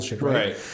right